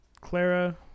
Clara